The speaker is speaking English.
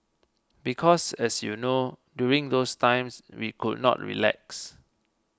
because as you know during those times we could not relax